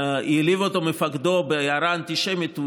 בהערה אנטישמית.